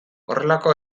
horrelako